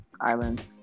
island's